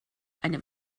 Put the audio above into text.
eine